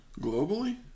Globally